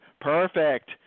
Perfect